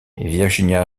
virginia